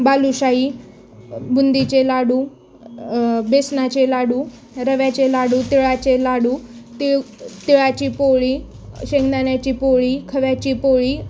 बालुशाही बुंदीचे लाडू बेसनाचे लाडू रव्याचे लाडू तिळाचे लाडू तिळ तिळाची पोळी शेंगदाण्याची पोळी खव्याची पोळी